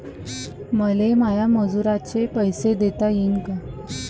मले माया मजुराचे पैसे देता येईन का?